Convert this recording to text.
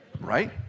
Right